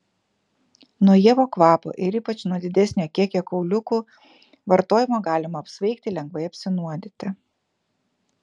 nuo ievų kvapo ir ypač nuo didesnio kiekio kauliukų vartojimo galima apsvaigti lengvai apsinuodyti